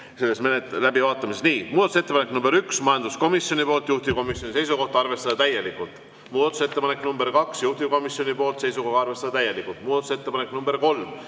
selles läbivaatamises. Nii, muudatusettepanek nr 1, majanduskomisjoni poolt, juhtivkomisjoni seisukoht on arvestada täielikult. Muudatusettepanek nr 2, juhtivkomisjoni poolt, seisukoht on arvestada täielikult. Muudatusettepanek nr 3,